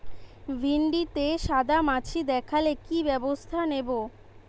ভিন্ডিতে সাদা মাছি দেখালে কি ব্যবস্থা নেবো?